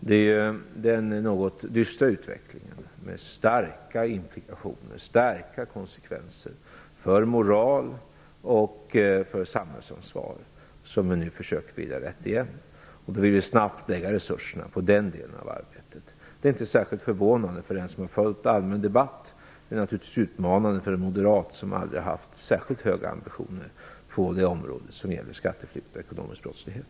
Det är den något dystra utvecklingen med starka implikationer och starka konsekvenser för moral och samhällsansvar, något som vi nu försöker vrida rätt igen. Då vill vi snabbt lägga resurserna på den delen av arbetet. Det är inte särskilt förvånande för den som har följt den allmänna debatten, men naturligtvis utmanande för en moderat som aldrig haft särskilt höga ambitioner på det område som gäller skatteflykt och ekonomisk brottslighet.